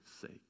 sake